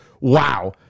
wow